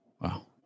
Wow